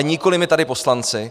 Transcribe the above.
Nikoli my tady, poslanci.